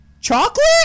Chocolate